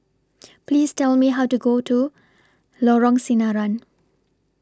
Please Tell Me How to get to Lorong Sinaran